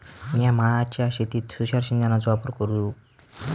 मिया माळ्याच्या शेतीत तुषार सिंचनचो वापर कसो करू?